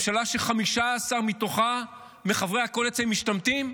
ממשלה ש-15 מתוכה, מחברי הקואליציה, משתמטים?